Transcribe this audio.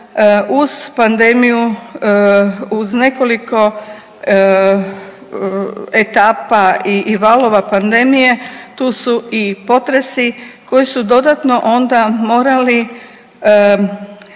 uz pandemiju, uz nekoliko etapa i valova pandemije, tu su i potresi koji su dodatno onda morali,